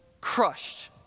crushed